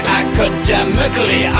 academically